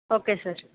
okay sir